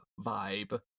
vibe